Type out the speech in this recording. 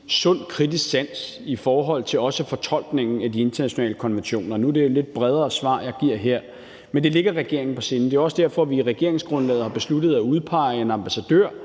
sund kritisk sans i forhold til fortolkningen af de internationale konventioner. Nu er det et lidt bredere svar, jeg giver her, men det ligger regeringen på sinde. Det er også derfor, vi i regeringsgrundlaget har besluttet at udpege en ambassadør,